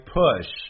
push